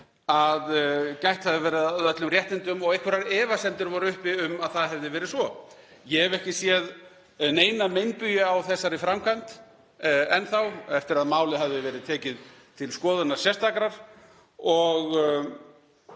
að gætt hefði verið að öllum réttindum og einhverjar efasemdir voru uppi um að það hefði verið svo. Ég hef ekki séð neina meinbugi á þessari framkvæmd enn þá eftir að málið hafði verið tekið til sérstakrar